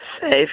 Safe